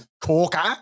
corker